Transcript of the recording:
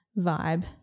vibe